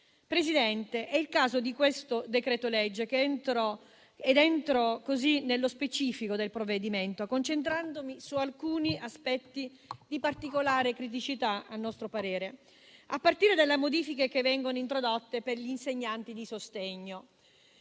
Presidente, è il caso di questo decreto-legge, ed entro così nello specifico del provvedimento, concentrandomi su alcuni aspetti a nostro parere di particolare criticità, a partire dalle modifiche che vengono introdotte per gli insegnanti di sostegno.